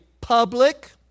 public